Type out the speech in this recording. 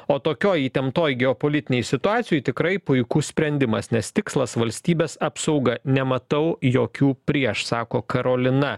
o tokioj įtemptoj geopolitinėj situacijoj tikrai puikus sprendimas nes tikslas valstybės apsauga nematau jokių prieš sako karolina